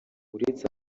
uretse